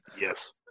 Yes